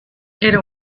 era